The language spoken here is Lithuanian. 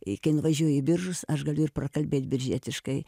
iki nuvažiuoji į biržus aš galiu ir prakalbėt biržietiškai